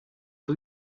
for